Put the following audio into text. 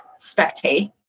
spectate